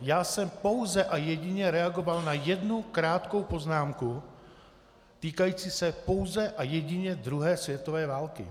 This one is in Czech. Já jsem pouze a jedině reagoval na jednu krátkou poznámku týkající se pouze a jedině druhé světové války.